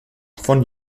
von